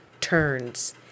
turns